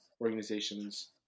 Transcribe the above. organizations